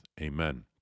Amen